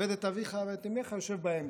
ו"כבד אביך ואת אמך" יושב באמצע.